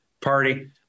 party